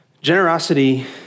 Generosity